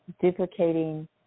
duplicating